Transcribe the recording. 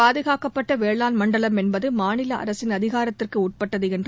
பாதுகாக்கப்பட்ட வேளாண் மண்டலம் என்பது மாநில அரசின் அதிகாரத்திற்குட்பட்டது என்று